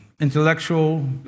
intellectual